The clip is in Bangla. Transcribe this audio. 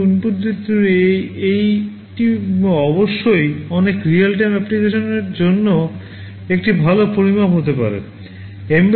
এটি অবশ্যই অনেক রিয়েল টাইম অ্যাপ্লিকেশনগুলির জন্য একটি ভাল পরিমাপ হতে পারে